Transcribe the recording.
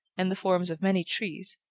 and the forms of many trees,